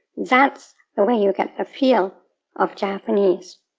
that's the way you get the feel of japanese.